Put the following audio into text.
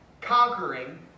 conquering